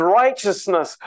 righteousness